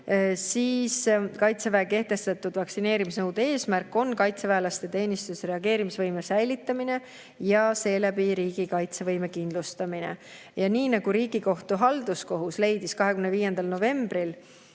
siis kaitseväe kehtestatud vaktsineerimisnõude eesmärk on kaitseväelaste teenistus- ja reageerimisvõime säilitamine ja seeläbi riigi kaitsevõime kindlustamine. Riigikohtu haldus[kolleegium] leidis 25. novembril